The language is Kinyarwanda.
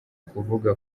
kuvuga